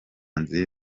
nziza